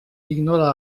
ignora